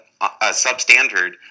substandard